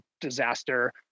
disaster